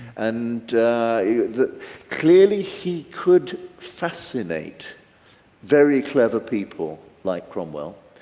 and that clearly he could fascinate very clever people like cromwell,